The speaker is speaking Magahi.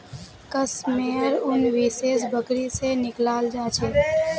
कश मेयर उन विशेष बकरी से निकलाल जा छे